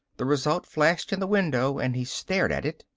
the result flashed in the window and he stared at it,